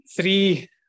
three